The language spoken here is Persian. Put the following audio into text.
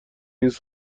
نیست